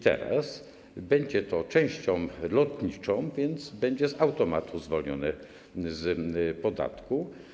Teraz będzie to częścią lotniczą, więc będzie z automatu zwolnione z podatku.